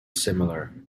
similar